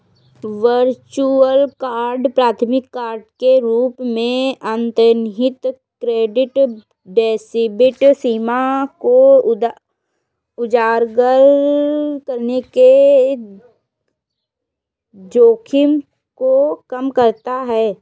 virtual card प्राथमिक card के रूप में अंतर्निहित क्रेडिट डेबिट सीमा को उजागर करने के जोखिम को कम करता है